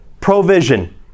Provision